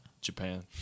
Japan